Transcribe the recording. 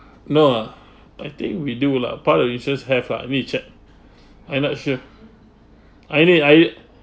no ah I think we do lah part of insurance have lah let me check I'm not sure I need I need